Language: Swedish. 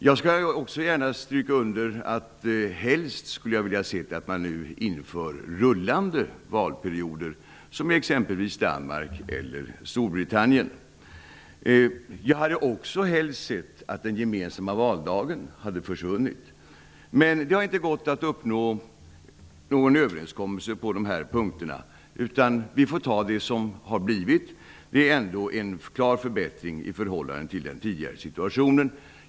Jag skall gärna stryka under att jag helst hade sett att rullande valperioder hade införts, som t.ex. i Danmark eller Storbritannien. Jag hade också helst sett att den gemensamma valdagen hade försvunnit. Men det har inte gått att uppnå någon överenskommelse på de punkterna, utan vi får acceptera de förslag som har kommit fram. Det har ändå blivit en klar förbättring i förhållande till den tidigare situationen.